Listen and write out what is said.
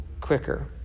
quicker